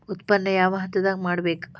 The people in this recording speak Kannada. ಉತ್ಪನ್ನ ಯಾವ ಹಂತದಾಗ ಮಾಡ್ಬೇಕ್?